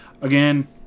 again